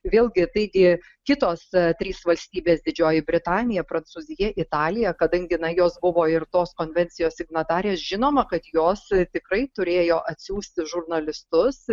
vėlgi tai kitos trys valstybės didžioji britanija prancūzija italija kadangi na jos buvo ir tos konvencijos signatarės žinoma kad jos tikrai turėjo atsiųsti žurnalistus